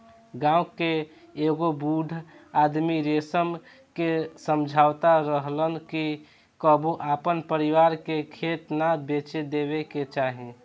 गांव के एगो बूढ़ आदमी रमेश के समझावत रहलन कि कबो आपन परिवार के खेत ना बेचे देबे के चाही